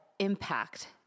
impact